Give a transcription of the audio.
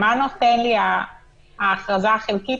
(א)בתקופת תוקפה של הכרזה על מצב חירום לפי חוק סמכויות